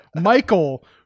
michael